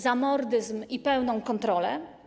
Zamordyzm i pełną kontrolę?